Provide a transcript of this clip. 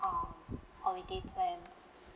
uh holiday plans